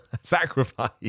Sacrifice